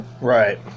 right